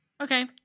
Okay